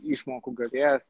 išmokų gavėjas